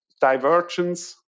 divergence